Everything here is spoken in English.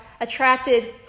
attracted